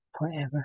forever